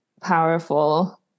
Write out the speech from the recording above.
powerful